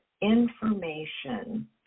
information